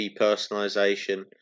depersonalization